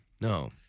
No